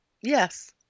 Yes